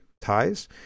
ties